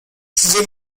pouvez